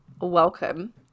welcome